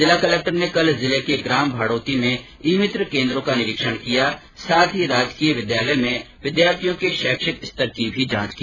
जिला कलेक्टर ने कल जिले के ग्राम भाड़ौती में ई मित्र केन्द्रों का निरीक्षण किया साथ ही राजकीय विद्यालय में विद्यार्थियों के शैक्षिक स्तर की भी जांच की